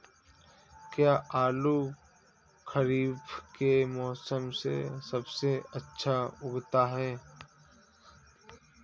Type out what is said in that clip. क्या आलू खरीफ के मौसम में सबसे अच्छा उगता है?